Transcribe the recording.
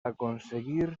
aconseguir